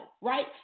right